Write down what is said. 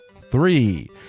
three